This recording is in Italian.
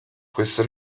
questa